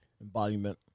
embodiment